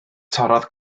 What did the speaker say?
torrodd